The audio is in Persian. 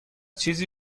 چیزی